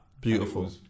Beautiful